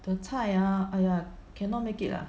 the 菜 ah !aiya! cannot make it ah